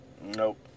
Nope